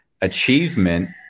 achievement